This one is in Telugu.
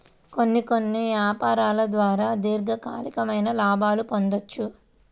కొన్ని కొన్ని యాపారాల ద్వారా దీర్ఘకాలికమైన లాభాల్ని పొందొచ్చు